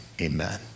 Amen